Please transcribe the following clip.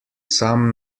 sam